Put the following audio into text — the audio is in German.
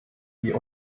die